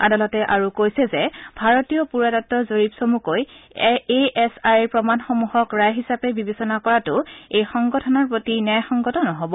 আদালতে আৰু কৈছে যে ভাৰতীয় পুৰাতত্ব জৰীপ চমুকৈ এ এছ আইৰ প্ৰমাণ সমূহক ৰায় হিচাপে বিবেচনা কৰাটো এই সংগঠনৰ প্ৰতি ন্যায়সংগত নহ'ব